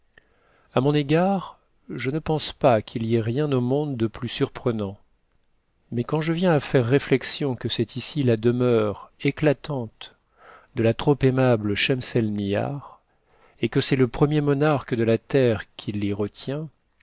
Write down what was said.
a mon égard je ne pense pas qu'il y ait rien au monde de plus surprenant mais quand je viens à faire réflexion que c'est ici la demeure éclatante de la trop aimable schemsemihar et que c'est le premier monarque de la terre qui l'y retient